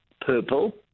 purple